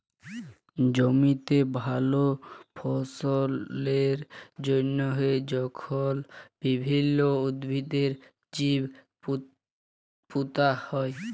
জমিতে ভাল ফললের জ্যনহে যখল বিভিল্ল্য উদ্ভিদের বীজ পুঁতা হ্যয়